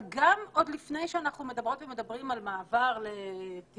אבל גם עוד לפני שאנחנו מדברות ומדברים על מעבר לטבעונות